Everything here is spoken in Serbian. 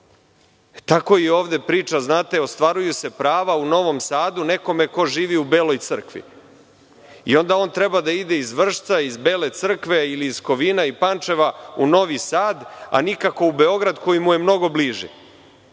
i ova priča, ostvaruju se prava u Novom Sadu, nekome ko živi u Beloj Crkvi i onda on treba da ide iz Vršca, Bele Crkve ili iz Kovina i Pančeva u Novi Sad, a nikako u Beograd koji mu je mnogo bliži.